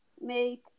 make